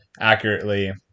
accurately